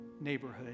neighborhood